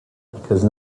because